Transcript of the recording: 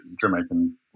Jamaican